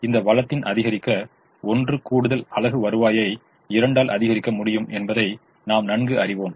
ஆகவே இந்த வளத்தினை அதிகரிக்க 1 கூடுதல் அலகு வருவாயை 2 ஆல் அதிகரிக்க முடியும் என்பதை நாம் நன்கு அறிவோம்